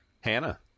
Hannah